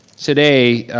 today,